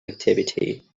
activity